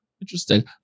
Interesting